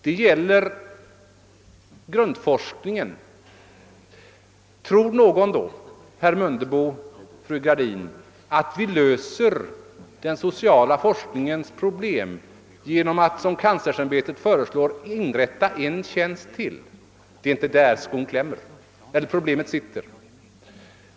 Det gäller grundforskningen. Tror herr Mundebo eller fru Gradin att vi löser den sociala forskningens problem genom att såsom kanslersämbetet föreslår inrätta ytterligare en tjänst? Det är inte där skon klämmer, och det är inte där problemet finns.